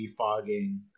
defogging